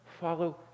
follow